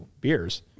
beers